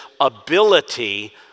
ability